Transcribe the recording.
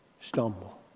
stumble